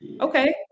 okay